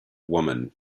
woman